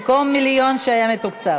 שר אוצר, במקום מיליון שהיה מתוקצב.